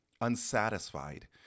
unsatisfied